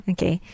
Okay